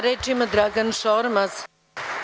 Reč ima Dragan Šormaz.